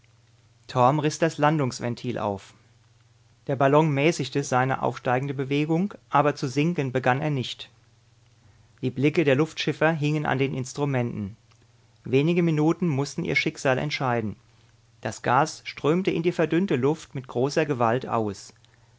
riß das landungsventil auf der ballon mäßigte seine aufsteigende bewegung aber zu sinken begann er nicht die blicke der luftschiffer hingen an den instrumenten wenige minuten mußten ihr schicksal entscheiden das gas strömte in die verdünnte luft mit großer gewalt aus